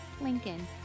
Lincoln